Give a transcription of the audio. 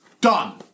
done